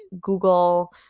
Google